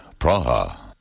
Praha